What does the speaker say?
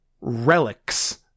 relics